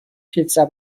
پیتزا